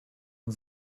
und